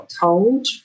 told